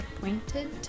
pointed